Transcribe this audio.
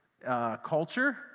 culture